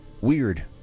Weird